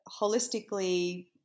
holistically